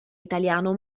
italiano